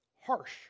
Harsh